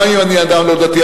גם אם אני אדם לא דתי,